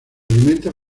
alimenta